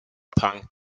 punk